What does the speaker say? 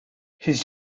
his